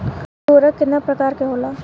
उर्वरक केतना प्रकार के होला?